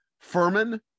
Furman